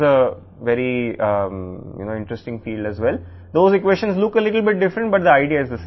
కాబట్టి quantum optics చాలా ఆసక్తికరమైన రంగం ఆ ఈక్వేషన్లు కొద్దిగా భిన్నంగా కనిపిస్తాయి కానీ ఐడియా ఒకటే